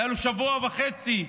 היה לו שבוע וחצי,